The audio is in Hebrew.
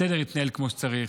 הסדר יתנהל כמו שצריך.